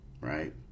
right